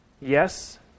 Yes